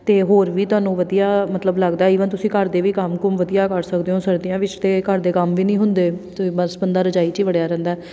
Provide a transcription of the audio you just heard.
ਅਤੇ ਹੋਰ ਵੀ ਤੁਹਾਨੂੰ ਵਧੀਆ ਮਤਲਬ ਲੱਗਦਾ ਈਵਨ ਤੁਸੀਂ ਘਰ ਦੇ ਵੀ ਕੰਮ ਕੁੰਮ ਵਧੀਆ ਕਰ ਸਕਦੇ ਹੋ ਸਰਦੀਆਂ ਵਿੱਚ ਅਤੇ ਘਰ ਦੇ ਕੰਮ ਵੀ ਨਹੀਂ ਹੁੰਦੇ ਅਤੇ ਬਸ ਬੰਦਾ ਰਜਾਈ 'ਚ ਵੜਿਆ ਰਹਿੰਦਾ